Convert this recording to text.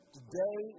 Today